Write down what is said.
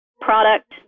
product